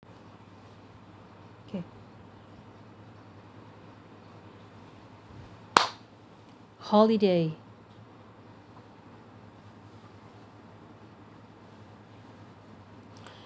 K holiday